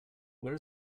where